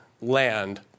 land